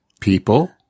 People